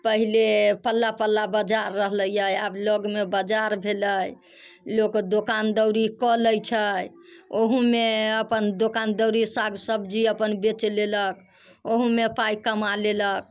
पहिले पल्ला पल्ला बजार रहलैय आब लगमे बजार भेलै लोक दोकान दौड़ी कऽ लै छै ओहुमे अपन दोकान दौड़ी साग सब्जी अपन बेच लेलक ओहूमे पाइ कमा लेलक